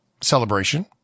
celebration